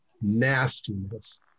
nastiness